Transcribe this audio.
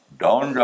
down